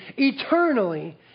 eternally